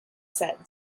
said